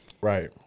Right